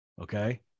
Okay